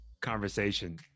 conversation